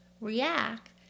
react